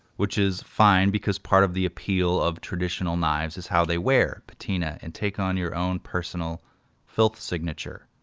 which is fine, because part of the appeal of traditional knives is how they wear, patina, and take on your own personal filth signature.